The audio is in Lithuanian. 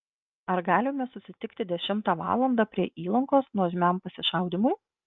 ar galime susitikti dešimtą valandą prie įlankos nuožmiam pasišaudymui